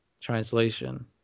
translation